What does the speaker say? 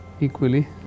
equally